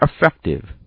effective